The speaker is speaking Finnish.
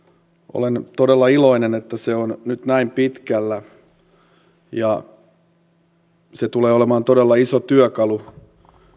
olen todella iloinen että se on nyt näin pitkällä se tulee olemaan todella iso työkalu